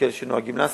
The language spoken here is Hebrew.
כאלה שנוהגים לעשות.